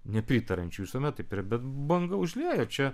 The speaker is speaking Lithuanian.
nepritariančių visuomet taip yra bet banga užlieja čia